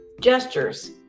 gestures